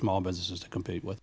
small businesses to compete with